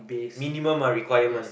minimum a requirement